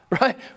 Right